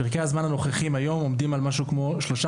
פרקי הזמן הנוכחיים היום עומדים על משהו כמו שלושה